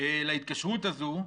להתקשרות הזו,